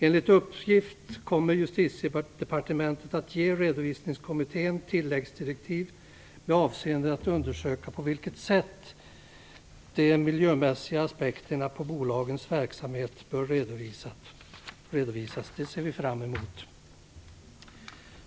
Enligt uppgift kommer Justitiedepartementet att ge Redovisningskommittén tilläggsdirektiv med avseende att undersöka på vilket sätt de miljömässiga aspekterna på bolagens verksamhet bör redovisas. Det ser vi fram emot.